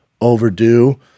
overdue